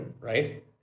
Right